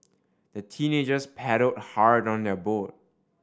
the teenagers paddled hard on their boat